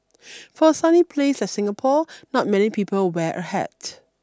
for a sunny place like Singapore not many people wear a hat